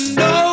no